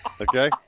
okay